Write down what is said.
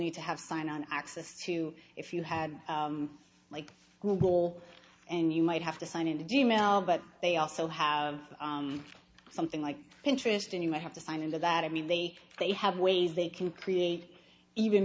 need to have signed on access to if you had like google and you might have to sign in to do mail but they also have something like interest in you might have to sign into that i mean they they have ways they can create even